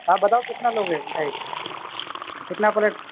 آپ بتاؤ کتنا لو گے مٹھائی کتنا پلیٹ